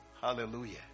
Hallelujah